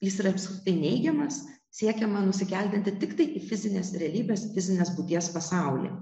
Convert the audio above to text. jis yra apskritai neigiamas siekiama nusikelti tiktai į fizinės realybės fizinės būties pasaulį